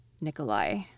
Nikolai